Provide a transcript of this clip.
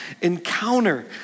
encounter